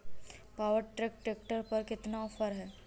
Power track tractor पर कितना offer है?